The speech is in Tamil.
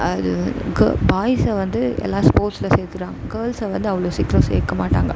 அது கு பாய்ஸ்ஸை வந்து எல்லா ஸ்போர்ட்ஸில் சேர்த்துறாங்க கேர்ள்ஸ்ஸைவந்து அவ்வளோ சீக்கிரம் சேர்க்க மாட்டாங்க